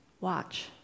Watch